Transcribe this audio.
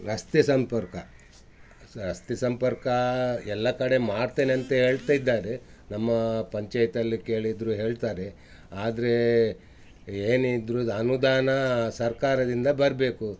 ರಸ್ತೆ ಸಂಪರ್ಕ ರಸ್ತೆ ಸಂಪರ್ಕ ಎಲ್ಲಾ ಕಡೆ ಮಾಡ್ತೇನೆ ಅಂತ ಹೇಳ್ತಾ ಇದ್ದಾರೆ ನಮ್ಮ ಪಂಚಾಯತಿ ಅಲ್ಲಿ ಕೇಳಿದ್ದರು ಹೇಳ್ತಾರೆ ಆದರೆ ಏನಿದ್ದರು ಇದು ಅನುದಾನ ಸರ್ಕಾರದಿಂದ ಬರಬೇಕು